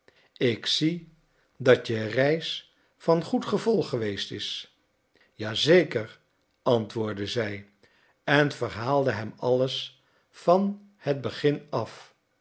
ik zie dat je reis van goed gevolg geweest is ja zeker antwoordde zij en verhaalde hem alles van het begin af